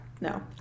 No